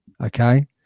Okay